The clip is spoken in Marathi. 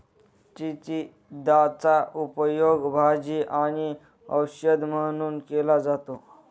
चिचिंदाचा उपयोग भाजी आणि औषध म्हणून केला जातो